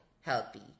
Healthy